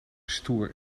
stoer